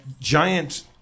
giant